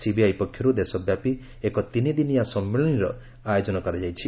CBI ପକ୍ଷରୁ ଦେଶବ୍ୟାପୀ ଏକ ତିନିଦିନିଆ ସମ୍ମିଳନୀର ଆୟୋଜନ କରାଯାଇଛି